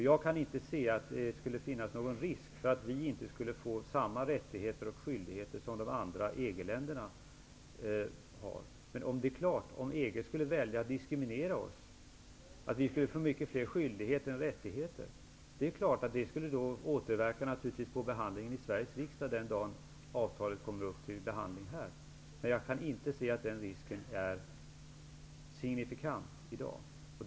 Jag kan inte se att det skulle finnas någon risk för att vi inte skulle få samma rättigheter och skyldigheter som de andra EG-länderna har. Om EG skulle välja att diskriminera oss, att vi skulle få mycket fler skyldigheter än rättigheter, är det klart att det skulle återverka på behandlingen i Sveriges riksdag den dagen frågan om medlemskap kommer upp till behandling här. Men jag kan inte se att den risken är signifikant i dag.